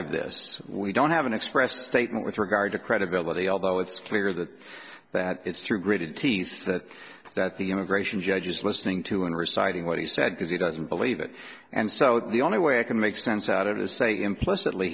of this we don't have an expressed statement with regard to credibility although it's clear that that it's through gritted teeth that that the immigration judge is listening to him reciting what he said because he doesn't believe it and so the only way i can make sense out of it is say implicitly